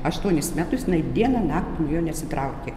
aštuonis metus jinai dieną naktį nuo jo nesitraukė